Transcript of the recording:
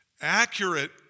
accurate